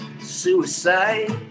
suicide